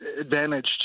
advantage